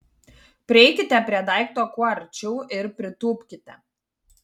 prieikite prie daikto kuo arčiau ir pritūpkite